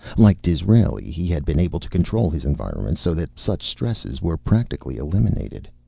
like disraeli, he had been able to control his environment so that such stresses were practically eliminated.